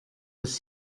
was